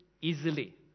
easily